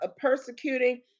persecuting